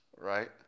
right